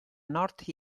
north